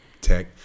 Tech